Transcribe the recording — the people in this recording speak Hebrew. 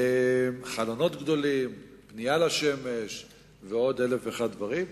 חלונות גדולים, פנייה לשמש ועוד אלף ואחד דברים.